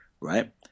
right